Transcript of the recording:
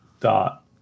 Dot